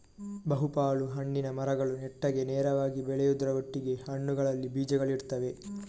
ಬಹು ಪಾಲು ಹಣ್ಣಿನ ಮರಗಳು ನೆಟ್ಟಗೆ ನೇರವಾಗಿ ಬೆಳೆಯುದ್ರ ಒಟ್ಟಿಗೆ ಹಣ್ಣುಗಳಲ್ಲಿ ಬೀಜಗಳಿರ್ತವೆ